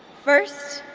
first,